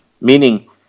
Meaning